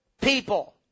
people